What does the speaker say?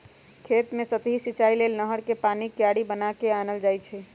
खेत कें सतहि सिचाइ लेल नहर कें पानी क्यारि बना क आनल जाइ छइ